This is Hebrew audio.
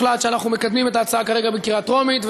הוחלט שאנחנו מקדמים את ההצעה כרגע בקריאה טרומית,